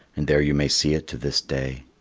and there you may see it to this day.